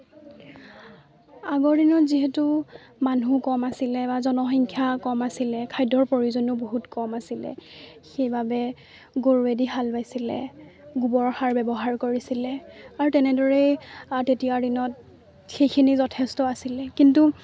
আগৰ দিনত যিহেতু মানুহ কম আছিলে বা জনসংখ্যা কম আছিলে খাদ্যৰ প্ৰয়োজনো বহুত কম আছিলে সেইবাবে গৰুৱেদি হাল বাইছিলে গোবৰ সাৰ ব্যৱহাৰ কৰিছিলে আৰু তেনেদৰেই তেতিয়াৰ দিনত সেইখিনি যথেষ্ট আছিলে কিন্তু